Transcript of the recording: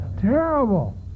Terrible